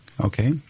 Okay